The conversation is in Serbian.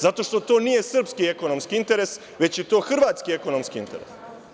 Zato što to nije srpski ekonomski interes, već je to hrvatski ekonomski interes.